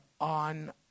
on